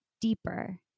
deeper